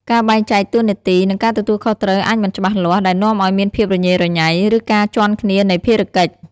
ការបែងចែកតួនាទី និងការទទួលខុសត្រូវអាចមិនច្បាស់លាស់ ដែលនាំឲ្យមានភាពរញ៉េរញ៉ៃ ឬការជាន់គ្នានៃភារកិច្ច។